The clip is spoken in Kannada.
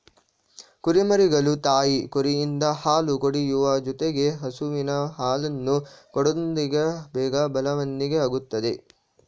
ಕುರಿಮರಿಗಳು ತಾಯಿ ಕುರಿಯಿಂದ ಹಾಲು ಕುಡಿಯುವ ಜೊತೆಗೆ ಹಸುವಿನ ಹಾಲನ್ನು ಕೊಡೋದ್ರಿಂದ ಬೇಗ ಬೆಳವಣಿಗೆ ಆಗುತ್ತದೆ